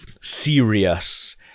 serious